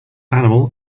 animal